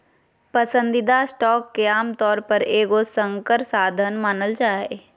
पसंदीदा स्टॉक के आमतौर पर एगो संकर साधन मानल जा हइ